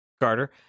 Carter